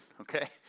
okay